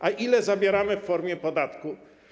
A ile zabieramy w formie podatku?